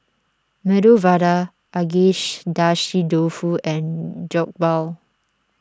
Medu Vada Dofu and Jokbal